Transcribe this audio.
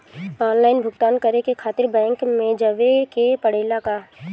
Online भुगतान करे के खातिर बैंक मे जवे के पड़ेला का?